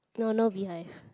you're no behind